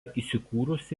įsikūrusi